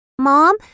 Mom